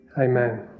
amen